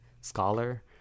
scholar